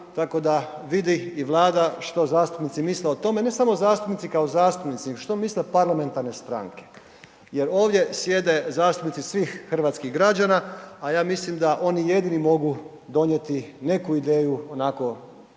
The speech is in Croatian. tako da vidi i Vlada što zastupnici misle o tome, ne samo zastupnici kao zastupnici, nego što misle parlamentarne stranke jer ovdje sjede zastupnici svih hrvatskih građana, a ja mislim da oni jedini mogu donijeti neku ideju onako